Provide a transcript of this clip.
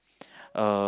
uh